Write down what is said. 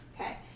Okay